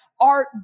art